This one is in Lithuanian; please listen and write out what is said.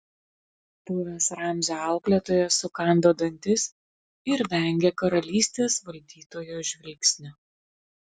buvęs ramzio auklėtojas sukando dantis ir vengė karalystės valdytojo žvilgsnio